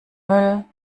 müll